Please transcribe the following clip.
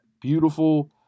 Beautiful